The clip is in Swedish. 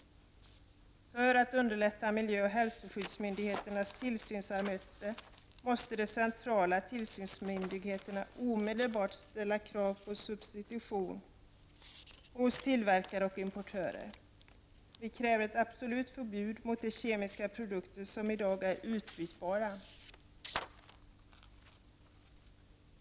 För att underlätta miljö och hälsoskyddsmyndigheternas tillsynsarbete måste de centrala tillsynsmyndigheterna omedelbart ställa krav på substitution hos tillverkare och importörer. Vi kräver ett absolut förbud mot de kemiska produkter som i dag är utbytbara.